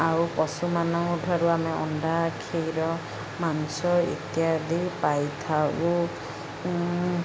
ଆଉ ପଶୁମାନଙ୍କଠାରୁ ଆମେ ଅଣ୍ଡା କ୍ଷୀର ମାଂସ ଇତ୍ୟାଦି ପାଇଥାଉ